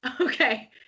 okay